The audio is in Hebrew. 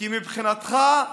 כי מבחינתך,